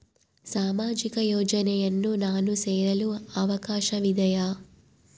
ಸಾಮಾಜಿಕ ಯೋಜನೆಯನ್ನು ನಾನು ಸೇರಲು ಅವಕಾಶವಿದೆಯಾ?